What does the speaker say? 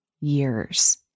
years